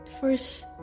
first